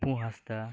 ᱚᱯᱩ ᱦᱟᱸᱥᱫᱟ